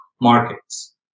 markets